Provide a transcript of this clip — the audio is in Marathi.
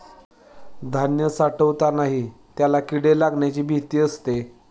धान्य साठवतानाही त्याला किडे लागण्याची भीती असते